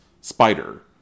spider